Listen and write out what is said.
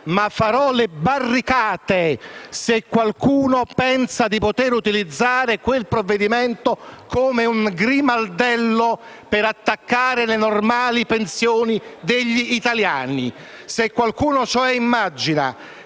ma farò le barricate se qualcuno pensa di poterlo utilizzare come un grimaldello per attaccare le normali pensioni degli italiani. Se qualcuno, cioè,